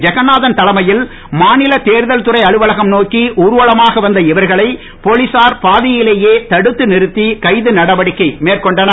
ஜெகநாதன் தலைமையில் மாநில தேர்தல் துறை அலுவலகம் நோக்கி ஊர்வலமாக வந்த இவர்களை போலீசார் பாதிலேயே தடுத்து நிறுத்து கைது நடவடிக்கை மேற்கொண்டனர்